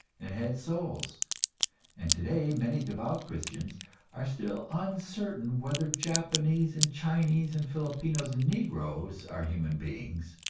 and had souls and today many devout christians are still uncertain whether japanese and chinese and filipinos and negroes are human beings,